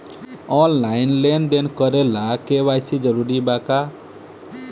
Online लेन देन करे ला के.वाइ.सी जरूरी बा का?